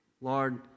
Lord